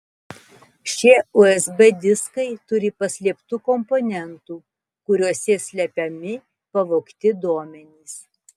šie usb diskai turi paslėptų komponentų kuriuose slepiami pavogti duomenys